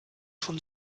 schon